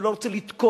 ולא רוצה לתקוף,